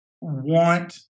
want